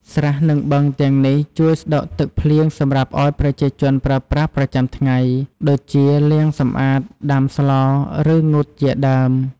ស្រះ និងបឹងទាំងនេះជួយស្តុកទឹកភ្លៀងសម្រាប់ឱ្យប្រជាជនប្រើប្រាស់ប្រចាំថ្ងៃ ដូចជាលាងសម្អាត ដាំស្ល ឬ ងូតជាដើម។